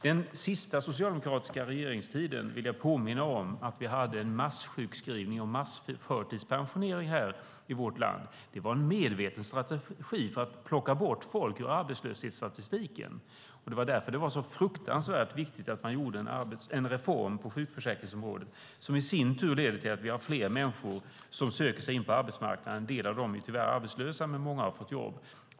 Jag vill påminna om att under den sista delen av den socialdemokratiska regeringstiden förekom massjukskrivningar och massförtidspensioneringar i vårt land. Det var en medveten strategi för att plocka bort folk ur arbetslöshetsstatistiken. Det var därför det var så fruktansvärt viktigt att genomföra en reform på sjukförsäkringsområdet, som i sin tur har lett till att fler människor söker sig in på arbetsmarknaden. En del av dem är tyvärr arbetslösa, men många har fått jobb.